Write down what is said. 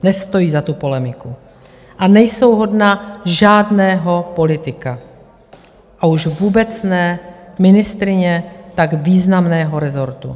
Nestojí za tu polemiku a nejsou hodna žádného politika, a už vůbec ne ministryně tak významného resortu.